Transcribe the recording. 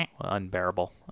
unbearable